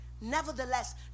Nevertheless